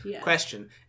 Question